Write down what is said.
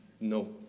No